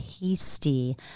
tasty